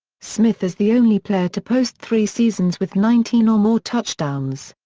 smith is the only player to post three seasons with nineteen or more touchdowns.